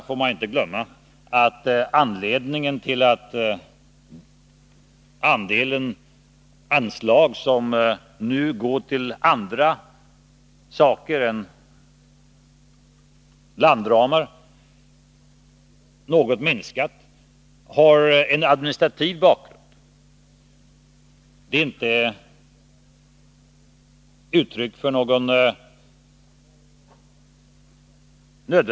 Man får inte glömma att det faktum att andelen anslag som nu går till andra saker än landramar något minskat också har en administrativ bakgrund.